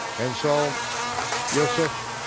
and so yoseph